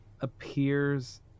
appears